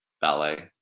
ballet